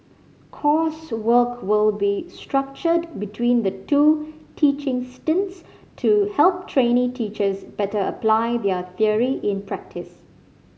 coursework will be structured between the two teaching stints to help trainee teachers better apply their theory in practice